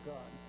God